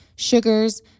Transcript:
sugars